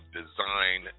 design